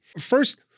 First